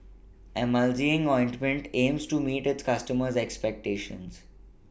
Emulsying Ointment aims to meet its customers' expectations